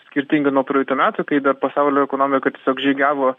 skirtingai nuo praeitų metų kai pasaulio ekonomika tiesiog žygiavo